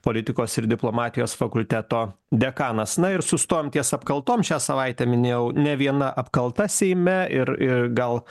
politikos ir diplomatijos fakulteto dekanas na ir sustojom ties apkaltom šią savaitę minėjau ne viena apkalta seime ir ir gal